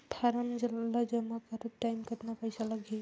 Form ला जमा करत टाइम कतना पइसा लगही?